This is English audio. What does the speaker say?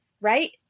right